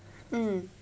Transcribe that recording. mm